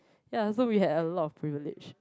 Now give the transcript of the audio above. yeah so we have a lot privileges